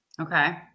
Okay